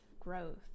growth